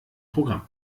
programm